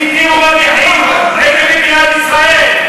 מסיתים ומדיחים נגד מדינת ישראל.